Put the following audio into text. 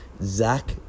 Zach